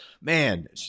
man